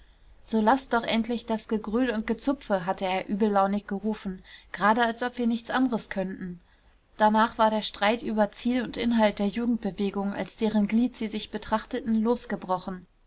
so laßt doch endlich das gegröl und gezupfe hatte er übellaunig gerufen gerade als ob wir nichts anderes könnten danach war der streit über ziel und inhalt der jugendbewegung als deren glied sie sich betrachteten losgebrochen